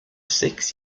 six